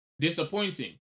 disappointing